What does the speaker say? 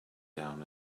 down